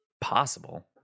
possible